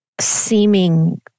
seeming